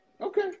Okay